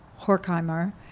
Horkheimer